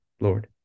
Lord